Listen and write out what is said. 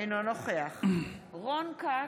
אינו נוכח רון כץ,